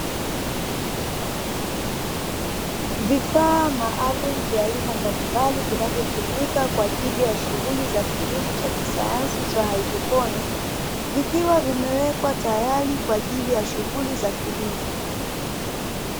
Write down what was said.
Vifaa maalumu vya aina mbalimbali vinavyotumika kwa ajili ya shughuli za kilimo cha kisayansi cha haidroponi, vikiwa vimewekwa tayari kwa ajili ya shughuli za kilimo.